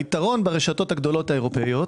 היתרון ברשתות הגדולות האירופאיות